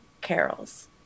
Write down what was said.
Carols